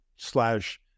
slash